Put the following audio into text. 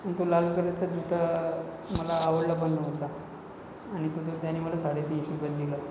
पण तो लाल कलरचा जूता मला आवडला पण नव्हता आणि तो तर त्याने मला साडेतीनशे रुपयात दिला